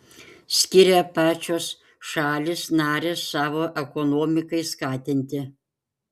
skiria pačios šalys narės savo ekonomikai skatinti